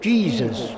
Jesus